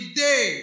day